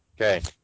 Okay